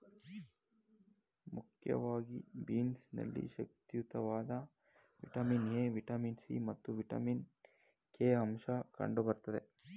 ಮುಖ್ಯವಾಗಿ ಬೀನ್ಸ್ ನಲ್ಲಿ ಶಕ್ತಿಯುತವಾದ ವಿಟಮಿನ್ ಎ, ವಿಟಮಿನ್ ಸಿ ಮತ್ತು ವಿಟಮಿನ್ ಕೆ ಅಂಶ ಕಂಡು ಬರ್ತದೆ